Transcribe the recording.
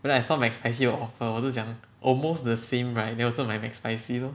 but then I saw mcspicy 有 offer 我就想 almost the same right then 我就买 mcspicy lor